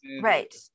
Right